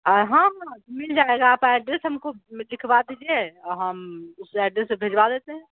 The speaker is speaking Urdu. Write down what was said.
ہاں ہاں مل جائے گا آپ ایڈریس ہم کو لکھوا دیجیے اور ہم اسی ایڈریس سے بھیجوا دیتے ہیں